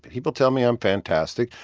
people tell me i'm fantastic,